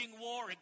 war